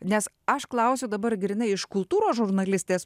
nes aš klausiu dabar grynai iš kultūros žurnalistės